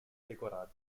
decorati